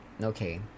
okay